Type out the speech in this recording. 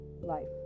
life